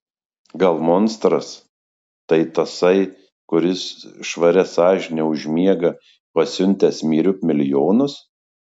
gal monstras tai tasai kuris švaria sąžine užmiega pasiuntęs myriop milijonus